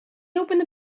opened